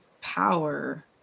power